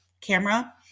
camera